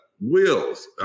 wills